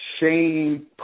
Shane